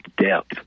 depth